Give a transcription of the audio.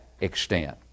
extent